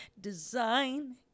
Design